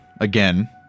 again